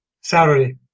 Saturday